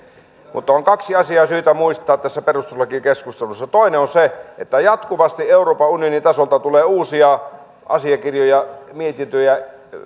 mutta on kaksi asiaa syytä muistaa tässä perustuslakikeskustelussa toinen on se että jatkuvasti euroopan unionin tasolta tulee uusia asiakirjoja mietintöjä